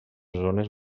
zones